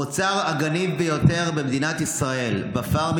המוצר הגניב ביותר במדינת ישראל בפארמים